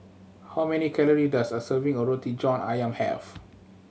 how many calorie does a serving of Roti John Ayam have